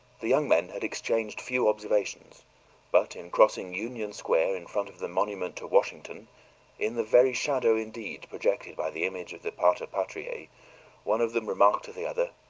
the young men had exchanged few observations but in crossing union square, in front of the monument to washington in the very shadow, indeed, projected by the image of the pater patriae one of them remarked to the other,